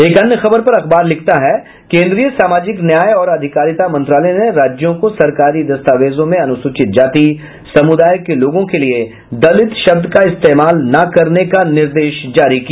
एक अन्य खबर पर अखबार लिखता है केन्द्रीय सामाजिक न्याय और अधिकारिता मंत्रालय ने राज्यों को सरकारी दस्तावेजों में अनुसूचित जाति समुदाय के लोगों के लिए दलित शब्द का इस्तेमाल न करने का निर्देश जारी किया